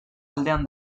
aldean